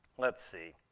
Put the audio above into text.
let's see,